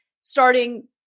starting